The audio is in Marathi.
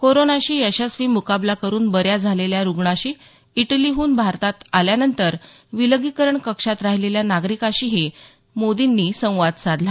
कोरोनाशी यशस्वी मुकाबला करून बऱ्या झालेल्या रुग्णाशी इटलीहून भारतात आल्यानंतर विलगीकरण कक्षात राहिलेल्या नागरिकाशी ही मोदींनी संवाद साधला